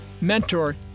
mentor